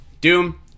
doom